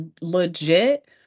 legit